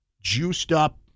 juiced-up